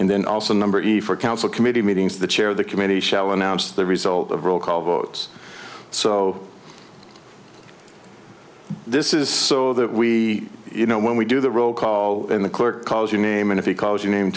and then also number before council committee meetings the chair of the committee shall announce the result of roll call votes so this is so that we you know when we do the roll call in the clerk calls your name and if he calls you name